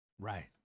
Right